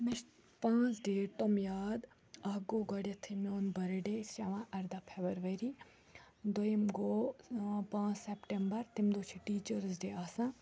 مےٚ چھِ پانٛژھ ڈیٹ تِم یاد اَکھ گوٚو گۄڈٮ۪تھٕے میون بٔرٕڈے سُہ چھِ یِوان ارداہ فیبَرؤری دوٚیِم گوٚو پانٛژھ سٮ۪پٹَمبر تمہِ دۄہ چھِ ٹیٖچٲرٕز ڈے آسان